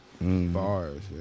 Bars